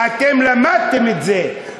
ואתם למדתם את זה,